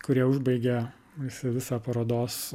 kurie užbaigia visi visą parodos